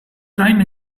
train